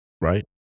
right